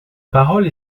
parole